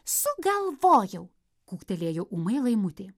sugalvojau kūktelėjo ūmai laimutė